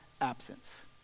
absence